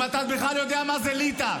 אם אתה בכלל יודע מה זה ליטא,